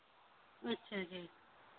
ਅੱਛਾ ਜੀ